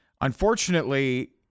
Unfortunately